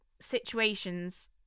situations